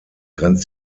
grenzt